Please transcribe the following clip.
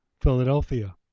Philadelphia